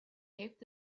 heeft